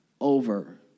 over